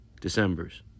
Decembers